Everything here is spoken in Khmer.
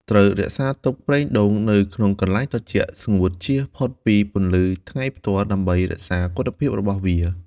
ត្រូវរក្សាទុកប្រេងដូងនៅក្នុងកន្លែងត្រជាក់ ស្ងួត ជៀសផុតពីពន្លឺថ្ងៃផ្ទាល់ ដើម្បីរក្សាគុណភាពរបស់វា។